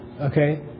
okay